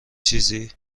چیزی